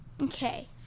Okay